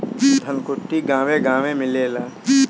धनकुट्टी गांवे गांवे मिलेला